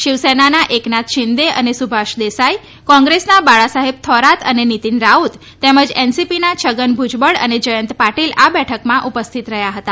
શિવસેનાના એકનાથ શિંદે અને સુભાષ દેસાઇ કોંગ્રેસના બાળાસાહેબ થોરાત અને નીતીન રાઉત તેમજ એનસીપીના છગન ભુજબળ અને જયંત પાટીલ આ બેઠકમાં ઉપસ્થિત રહ્યાં હતા